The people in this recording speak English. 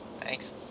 Thanks